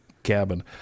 cabin